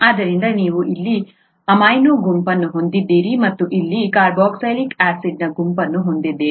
ಆದ್ದರಿಂದ ನೀವು ಇಲ್ಲಿ ಅಮೈನೋ ಗುಂಪನ್ನು ಹೊಂದಿದ್ದೀರಿ ಮತ್ತು ಇಲ್ಲಿ ಕಾರ್ಬಾಕ್ಸಿಲಿಕ್ ಆಸಿಡ್ನ ಗುಂಪನ್ನು ಹೊಂದಿದ್ದೀರಿ